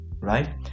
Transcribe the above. right